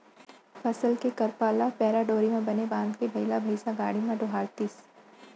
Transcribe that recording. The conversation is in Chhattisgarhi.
फसल के करपा ल पैरा डोरी म बने बांधके बइला भइसा गाड़ी म डोहारतिस